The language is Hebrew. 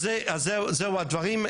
אלה הם הדברים.